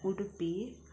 Udupi